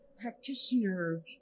practitioner